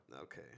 Okay